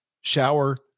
shower